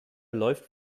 läuft